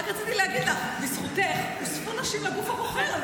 רק רציתי להגיד לך שבזכותך נוספו נשים לגוף הבוחר.